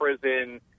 prison